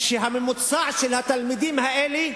שהממוצע של התלמידים האלה,